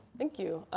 thank you.